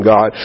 God